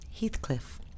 Heathcliff